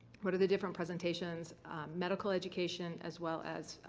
what are the different presentations medical education as well as,